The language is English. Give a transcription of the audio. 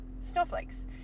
snowflakes